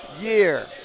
year